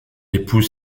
épouse